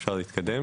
יש אמירות